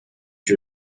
you